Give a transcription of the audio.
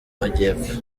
majyepfo